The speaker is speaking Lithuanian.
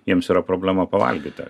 jiems yra problema pavalgyti